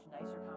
nicer